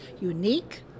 unique